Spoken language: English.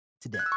today